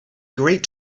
great